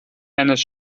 eines